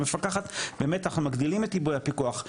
המפקחת באמת אנחנו מגדילים את עיבוי הפיקוח,